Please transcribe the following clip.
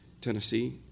Tennessee